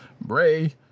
Bray